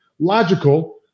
logical